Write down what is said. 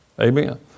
Amen